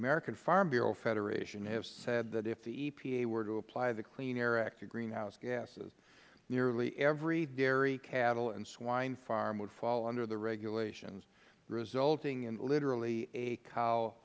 american farm bureau federation has said that if the epa were to apply the clean air act to greenhouse gases nearly every dairy cattle and swine farm would fall under the regulations resulting in literally a cow